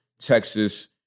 Texas